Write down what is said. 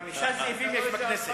חמישה זאבים יש בכנסת.